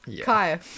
Kai